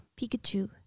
Pikachu